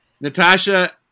Natasha